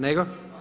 Nego?